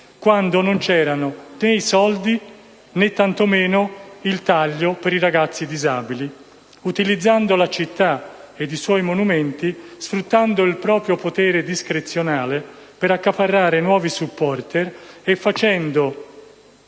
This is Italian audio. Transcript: quando non c'erano né i soldi, né tanto meno il taglio per i ragazzi disabili, utilizzando la città e i suoi monumenti sfruttando il proprio potere discrezionale per accaparrare nuovi *supporter* e facendo